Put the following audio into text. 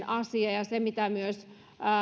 asia ja se mitä myös